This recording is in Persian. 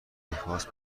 میخواست